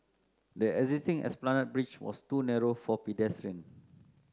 the existing Esplanade Bridge was too narrow for pedestrians